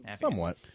Somewhat